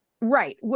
Right